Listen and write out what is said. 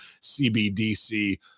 CBDC